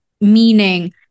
Meaning